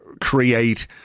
create